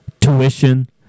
tuition